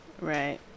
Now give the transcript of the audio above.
Right